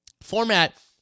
format